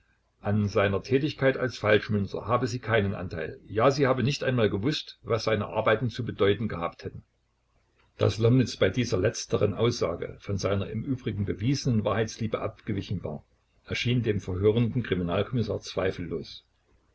an seiner tätigkeit als falschmünzer habe sie keinen anteil ja sie habe nicht einmal gewußt was seine arbeiten zu bedeuten gehabt hätten daß lomnitz bei dieser letzteren aussage von seiner im übrigen bewiesenen wahrheitsliebe abgewichen war erschien dem verhörenden kriminalkommissar zweifellos